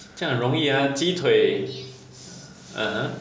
这样容易 ah 鸡腿 !huh!